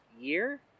year